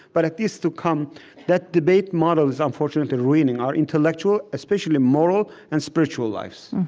but at least to come that debate model is unfortunately ruining our intellectual, especially moral, and spiritual lives